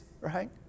right